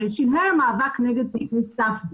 בשלהי המאבק נגד תכנית ספדי.